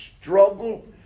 struggle